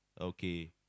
Okay